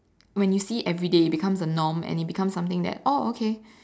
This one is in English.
when you see it everyday it becomes a norm and it becomes that oh okay